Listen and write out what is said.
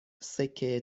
سکه